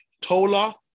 Tola